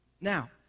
Now